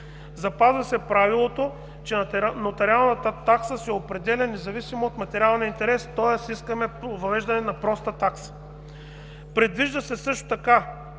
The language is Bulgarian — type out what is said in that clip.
Запазва се правилото, че нотариалната такса се определя независимо от материалния интерес, тоест искаме въвеждане на проста такса. Предвижда се също така